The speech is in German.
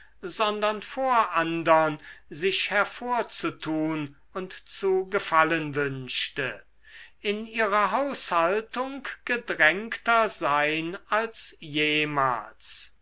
sondern vor andern sich hervorzutun und zu gefallen wünschte in ihrer haushaltung gedrängter sein als jemals